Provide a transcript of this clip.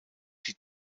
die